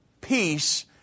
peace